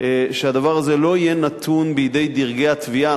בזה שהדבר הזה לא יהיה נתון בידי דרגי התביעה.